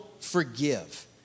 forgive